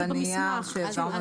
יש את זה בנייר שהעברנו